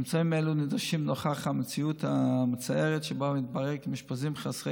אמצעים אלה נדרשים נוכח המציאות המצערת שבה מתברר כי מאושפזים חסרי